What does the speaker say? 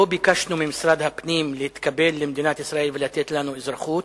לא ביקשנו ממשרד הפנים להתקבל למדינת ישראל ולתת לנו אזרחות.